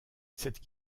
cette